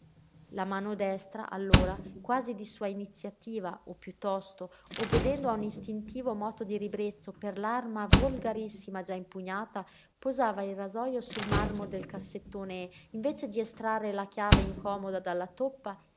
la mano destra allora quasi di sua iniziativa o piuttosto obbedendo a un istintivo moto di ribrezzo per l'arma volgarissima già impugnata posava il rasojo sul marmo del cassettone e invece di estrarre la chiave incomoda dalla toppa